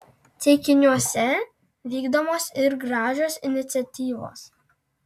ceikiniuose vykdomos ir gražios iniciatyvos